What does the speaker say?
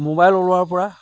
mobile ওলোৱাৰ পৰা